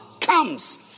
comes